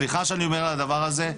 סליחה שאני אומר על הדבר הזה,